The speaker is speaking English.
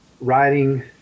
riding